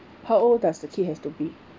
how old does the kid have to be